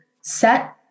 set